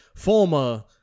Former